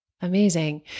Amazing